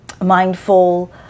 mindful